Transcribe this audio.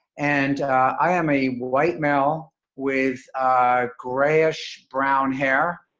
and i am a white male with grayish, brown hair,